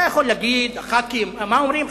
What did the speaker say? מה אומרים?